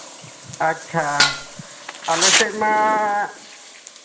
ᱟᱪᱪᱷᱟ ᱟᱞᱮ ᱥᱮᱫ ᱢᱟ